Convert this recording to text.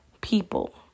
people